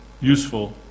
useful